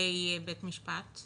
לתיקי בית משפט?